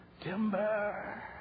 Timber